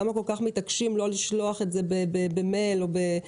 למה כל כך מתעקשים לא לשלוח את זה במייל או בטלפון.